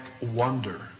wonder